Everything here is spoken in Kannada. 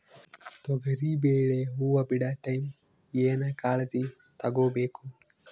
ತೊಗರಿಬೇಳೆ ಹೊವ ಬಿಡ ಟೈಮ್ ಏನ ಕಾಳಜಿ ತಗೋಬೇಕು?